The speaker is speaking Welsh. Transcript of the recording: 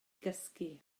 gysgu